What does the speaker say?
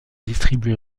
distribués